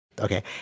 Okay